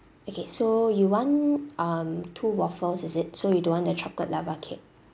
okay so you want um two waffles is it so you don't want the chocolate lava cake